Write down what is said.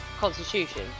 constitution